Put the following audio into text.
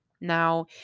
Now